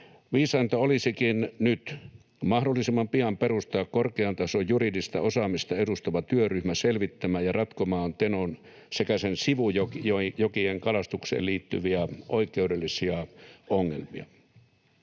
Viisainta olisikin nyt, mahdollisimman pian, perustaa korkean tason juridista osaamista edustava työryhmä selvittämään ja ratkomaan Tenon sekä sen sivujokien kalastukseen liittyviä oikeudellisia ongelmia.